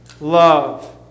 love